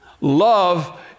Love